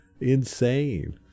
insane